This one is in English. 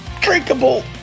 drinkable